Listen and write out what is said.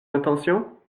intentions